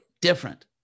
different